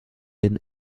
been